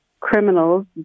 criminals